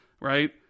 Right